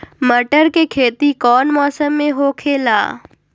मटर के खेती कौन मौसम में होखेला?